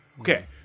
Okay